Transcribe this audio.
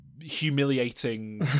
humiliating